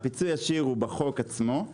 הישיר הוא בחוק עצמו,